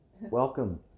welcome